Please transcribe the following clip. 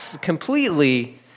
completely